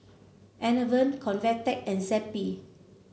Enervon Convatec and Zappy